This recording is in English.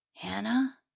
Hannah